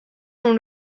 dans